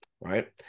Right